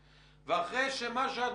הרעיון של הפרדת המוקדים.